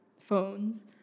phones